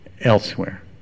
elsewhere